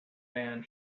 man